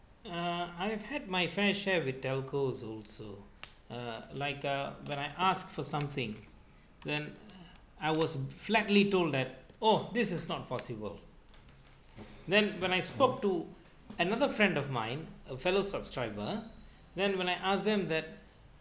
uh I've had my fair share with telcos also uh like uh when I asked for something then I was flatly told that oh this is not possible then when I spoke to another friend of mine a fellow subscriber then when I ask them that